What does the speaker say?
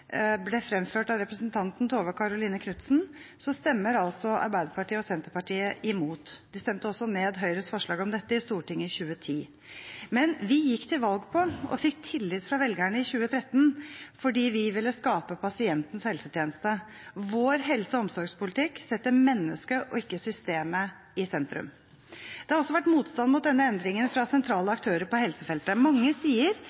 ble fremført av representanten Tove Karoline Knutsen, stemmer altså Arbeiderpartiet og Senterpartiet imot. De stemte også ned Høyres forslag om dette i Stortinget i 2010. Men vi gikk i 2013 til valg – og fikk tillit fra velgerne – på at vi ville skape pasientens helsetjeneste. Vår helse- og omsorgspolitikk setter mennesket og ikke systemet i sentrum. Det har også vært motstand mot denne endringen fra sentrale aktører på helsefeltet. Mange sier